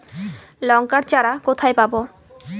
লঙ্কার চারা কোথায় পাবো?